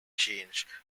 changed